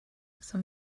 some